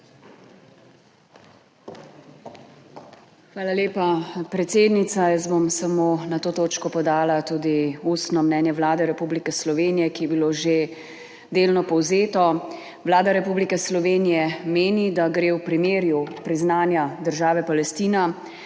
Hvala lepa, predsednica. Jaz bom samo na to točko podala tudi ustno mnenje Vlade Republike Slovenije, ki je bilo že delno povzeto. Vlada Republike Slovenije meni, da gre v primeru priznanja države Palestina